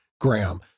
Graham